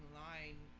line